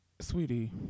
sweetie